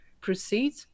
proceed